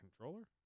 controller